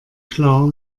klar